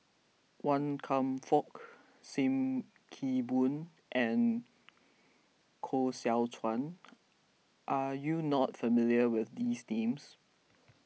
Wan Kam Fook Sim Kee Boon and Koh Seow Chuan are you not familiar with these names